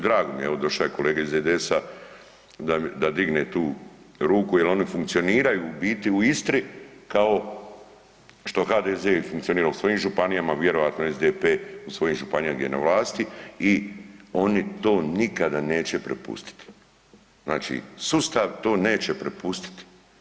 Drago mi je evo došao je kolega iz IDS-a da digne tu ruku jel oni funkcioniraju u biti u Istri kao što HDZ funkcionira u svojim županijama, vjerojatno SDP u svojim županijama gdje je na vlasti i oni to nikada neće prepustiti, znači sustav to neće prepustiti.